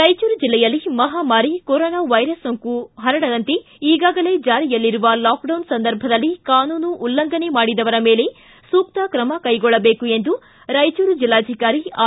ರಾಯಚೂರು ಜಿಲ್ಲೆಯಲ್ಲಿ ಮಹಾಮಾರಿ corona virus ಸೋಂಕು ಸೋಂಕು ಪರಡದಂತೆ ಈಗಾಗಲೇ ಜಾರಿಯಲ್ಲಿರುವ ಲಾಕ್ಡೌನ್ ಸಂದರ್ಭದಲ್ಲಿ ಕಾನೂನು ಉಲ್ಲಂಘನೆ ಮಾಡಿದವರ ಮೇಲೆ ಸೂಕ್ತ ಕ್ರಮ ಕೈಗೊಳ್ಳಬೇಕು ಎಂದು ರಾಯಚೂರು ಜಿಲ್ಲಾಧಿಕಾರಿ ಆರ್